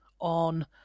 on